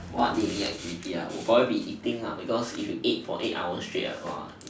what daily activity are would probably be eating because if you ate for eight hours straight